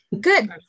Good